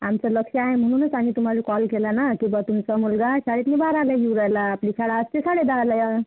आमचा लक्ष आहे म्हणूनच आम्ही तुम्हाला कॉल केला ना की ब तुमचा मुलगा शाळेत बाराला येऊ राहिला आपली शाळा असते साडेदहाला